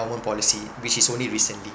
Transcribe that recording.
endowment policy which is only recently